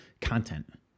content